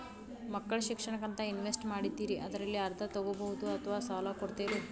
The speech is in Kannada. ಮಕ್ಕಳ ಶಿಕ್ಷಣಕ್ಕಂತ ಇನ್ವೆಸ್ಟ್ ಮಾಡಿದ್ದಿರಿ ಅದರಲ್ಲಿ ಅರ್ಧ ತೊಗೋಬಹುದೊ ಅಥವಾ ಸಾಲ ಕೊಡ್ತೇರೊ?